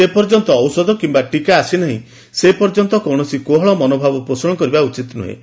ଯେପର୍ଯ୍ୟନ୍ତ ଔଷଧ କିମ୍ନା ଟୀକା ଆସି ନାହି ସେ ପର୍ଯ୍ୟନ୍ତ କୌଶସି କୋହଳ ମନୋଭାବ ପୋଷଣ କରିବା ଉଚିତ ନୁହେଁ